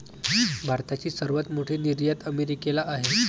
भारताची सर्वात मोठी निर्यात अमेरिकेला आहे